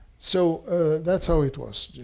so that's how it was.